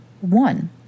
one